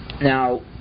now